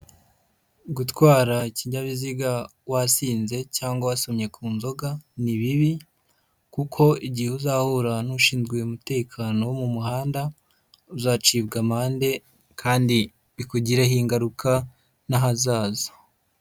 Gutwara ikinyabiziga wasinze cyangwa wasomye ku nzoga, ni bibi kuko igihe uzahura n'ushinzwe umutekano wo mu muhanda, uzacibwa amande kandi bikugireho ingaruka n'ahazaza.